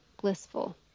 blissful